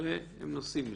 והם נוסעים לשם,